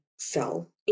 fell